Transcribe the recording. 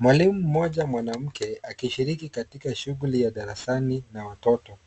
Mwalimu mmoja mwanamke akishiriki katika shughuli ya darasani na watoto.